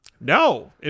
No